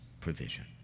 provision